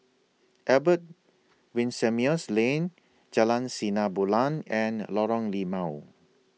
Albert Winsemius Lane Jalan Sinar Bulan and Lorong Limau